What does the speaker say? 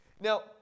Now